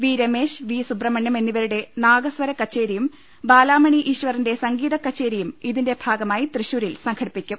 V Ramesh V Subrahmanyam എന്നിവരുടെ നാഗ സ്വര കച്ചേരിയും ബാലാമണി ഈശ്വറിന്റെ സംഗീത കച്ചേരിയും ഇതിന്റെ ഭാഗമായി തൃശൂരിൽ സംഘടിപ്പിക്കും